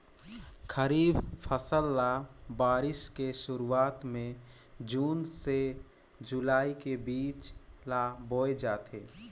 खरीफ फसल ल बारिश के शुरुआत में जून से जुलाई के बीच ल बोए जाथे